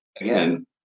again